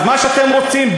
אז מה שאתם עושים,